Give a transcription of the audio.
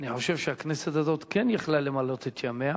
אני חושב שהכנסת הזאת כן יכלה למלא את ימיה,